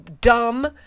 dumb